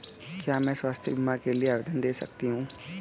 क्या मैं स्वास्थ्य बीमा के लिए आवेदन दे सकती हूँ?